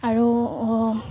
আৰু অঁ